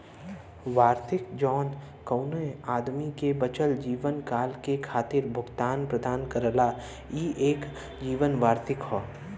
वार्षिकी जौन कउनो आदमी के बचल जीवनकाल के खातिर भुगतान प्रदान करला ई एक जीवन वार्षिकी हौ